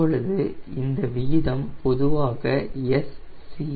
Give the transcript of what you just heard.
இப்பொழுது இந்த விகிதம் பொதுவாக SCfSt